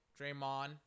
Draymond